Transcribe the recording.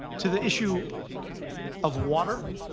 to the issue of water